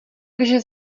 takže